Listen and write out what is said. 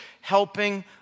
helping